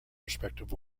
respective